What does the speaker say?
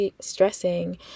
stressing